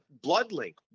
Bloodlink